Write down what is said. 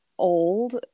old